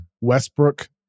Westbrook